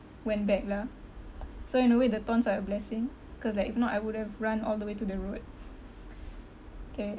went back lah so in a way the thorns are like blessing cause like if not I would have run all the way to the road okay